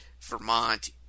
Vermont